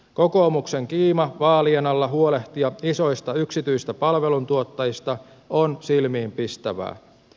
kokoomuksen kiima vaalien alla huolehtia isoista yksityisistä palveluntuottajista on silmiinpistävää